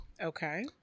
okay